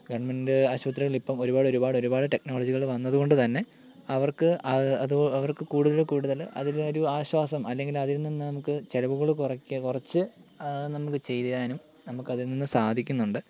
government ആശുപത്രികളിൽ ഇപ്പോൾ ഒരുപാട് ഒരുപാട് ഒരുപാട് ടെക്നോളോജികൾ വന്നത് കൊണ്ട് തന്നെ അവർക്ക് അത് ആ അവർക്ക് കൂടുതൽ കൂടുതൽ അതിനൊരു ആശ്വാസം അല്ലെങ്കിൽ അതിൽ നിന്ന് നമുക്ക് ചിലവുകൾ കുറക്ക കുറച്ച് നമുക്ക് ചെയ്ത് തരാനും നമുക്ക് അതിൽനിന്ന് സാധിക്കുന്നുണ്ട്